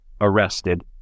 arrested